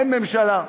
אין ממשלה.